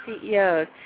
CEOs